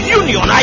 union